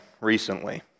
recently